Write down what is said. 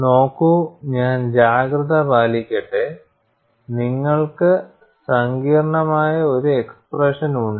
നോക്കൂ ഞാൻ ജാഗ്രത പാലിക്കട്ടെ നിങ്ങൾക്ക് സങ്കീർണ്ണമായ ഒരു എക്സ്പ്രെഷൻ ഉണ്ട്